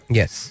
yes